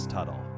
Tuttle